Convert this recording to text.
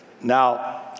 Now